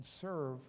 serve